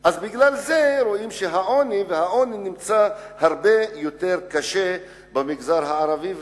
לכן רואים שהעוני קשה יותר במגזר הערבי,